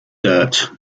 dirt